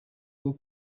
uwo